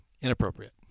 inappropriate